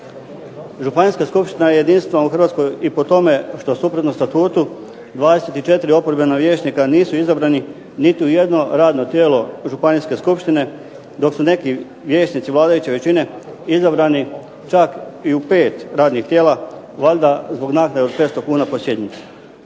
Županijska skupština je jedinstvena u Hrvatskoj i po tome što suprotno statutu 24 oporbena vijećnika nisu izabrani niti u jedno radno tijelo Županijske skupštine dok su neki vijećnici vladajuće većine izabrani čak i u 5 radnih tijela, valjda zbog naknade od 500 kuna po sjednici.